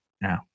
no